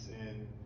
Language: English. and-